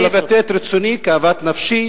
אני מבטא את רצוני כאוות נפשי.